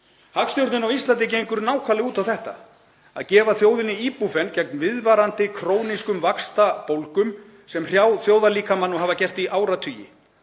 Hagstjórnin á Íslandi gengur nákvæmlega út á þetta, að gefa þjóðinni íbúfen gegn viðvarandi krónískum vaxtabólgum sem hrjá þjóðarlíkamann og hafa gert í áratugi.